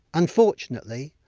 unfortunately,